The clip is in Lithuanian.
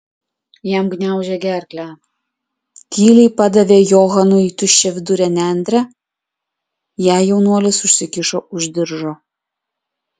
jam gniaužė gerklę tyliai padavė johananui tuščiavidurę nendrę ją jaunuolis užsikišo už diržo